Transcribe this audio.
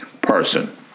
person